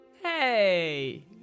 Hey